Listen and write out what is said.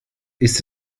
ist